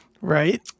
Right